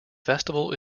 festival